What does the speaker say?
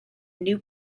new